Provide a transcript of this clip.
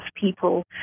people